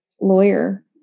lawyer